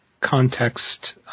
context